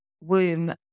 womb